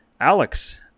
Alex